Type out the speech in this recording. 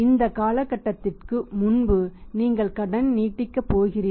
இந்த காலகட்டத்திற்கு முன்பு நீங்கள் கடன் நீட்டிக்கப் போகிறீர்கள்